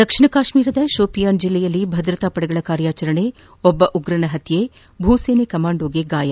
ದಕ್ಷಿಣ ಕಾಶ್ಮೀರದ ಶೋಪಿಯಾನ್ ಜಿಲ್ಲೆಯಲ್ಲಿ ಭದ್ರತಾ ಪಡೆಗಳ ಕಾರ್ಯಾಚರಣೆ ಒಬ್ಬ ಉಗ್ರನ ಹತ್ಯೆ ದಾಳಿಯಲ್ಲಿ ಭೂಸೇನೆ ಕಮ್ಯಾಂಡೊಗೆ ಗಾಯ